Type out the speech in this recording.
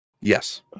yes